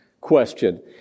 question